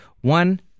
One